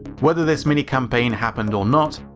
whether this minicampaign happened or not,